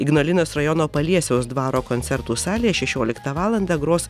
ignalinos rajono paliesiaus dvaro koncertų salėje šešioliktą valandą gros